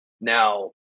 Now